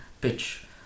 pitch